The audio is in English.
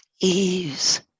ease